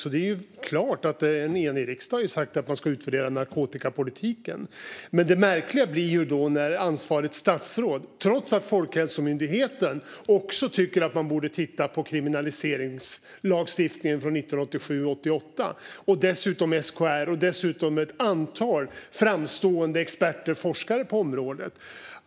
En enig riksdag har sagt att man ska utvärdera narkotikapolitiken. Folkhälsomyndigheten tycker också att man borde titta på kriminaliseringslagstiftningen från 1987/88 - det tycker dessutom SKR och ett antal framstående experter och forskare på området.